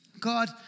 God